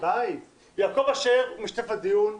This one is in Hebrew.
יעקב אשר משתתף בדיון ומדבר,